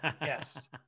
yes